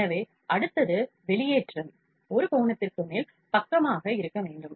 எனவே அடுத்தது வெளியேற்றம் ஒரு கோணத்திற்கு மேல் பக்கமாக இருக்க வேண்டும்